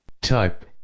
Type